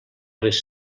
les